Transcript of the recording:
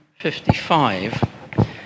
55